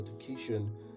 Education